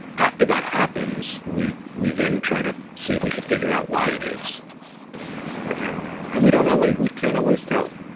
after that happens, we we then try to see if we could figure out why it is okay and we don't know, we we can't always tell.